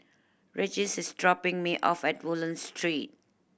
Regis is dropping me off at Woodlands Street